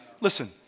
Listen